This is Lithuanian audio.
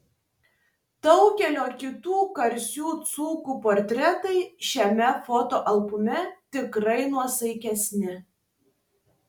daugelio kitų garsių dzūkų portretai šiame fotoalbume tikrai nuosaikesni